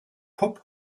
pop